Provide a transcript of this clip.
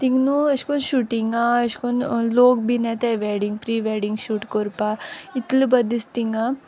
तींग न्हू अेश कोन्न शुटिंगा अेश कोन्न लोक बीन येताय वॅडिंग प्री वॅडिंग शूट कोरपा इतलें बोर दिसत तिंगा